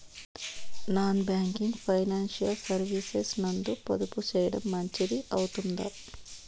Non banking financial services నందు పొదుపు సేయడం మంచిది అవుతుందా?